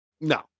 No